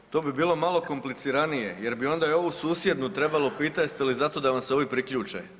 Može, to bi bilo malo kompliciranije jer bi onda i ovu susjednu trebalo pitita jeste li zato da vam se ovi priključe.